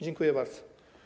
Dziękuję bardzo.